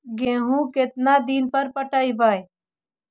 गेहूं केतना दिन पर पटइबै?